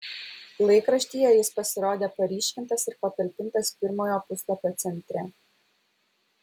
laikraštyje jis pasirodė paryškintas ir patalpintas pirmojo puslapio centre